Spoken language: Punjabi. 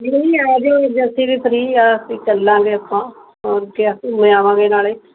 ਨਹੀਂ ਆ ਜਿਓ ਅੱਜ ਅਸੀਂ ਵੀ ਫ੍ਰੀ ਹਾਂ ਅਸੀਂ ਚੱਲਾਂਗੇ ਆਪਾਂ ਹੋਰ ਕਿਆ ਘੁੰਮ ਏ ਆਵਾਂਗੇ ਨਾਲੇ